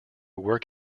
work